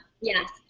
yes